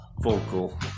vocal